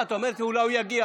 את אומרת לי שאולי הוא יגיע.